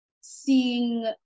Seeing